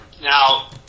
Now